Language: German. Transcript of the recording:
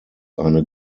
eine